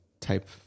type